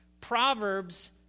Proverbs